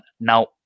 Now